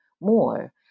more